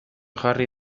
jarri